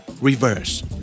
Reverse